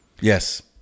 yes